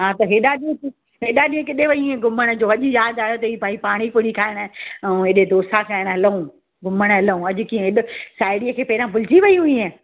हा त हेॾा ॾींहं हेॾा ॾींहं किॾे वई हुईयं घुमण जो अॼु यादि आयो तई भई पानीपुरी खाइण अउं हेॾे डोसा खाइण हलऊं घुमणु हलऊं अॼु कीअं साहिड़ीअ खे पैंरां भुलिजी वई हुईएं